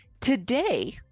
today